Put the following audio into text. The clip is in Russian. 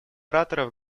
ораторов